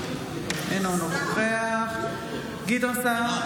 אינו נוכח גדעון סער,